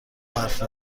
حرف